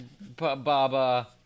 Baba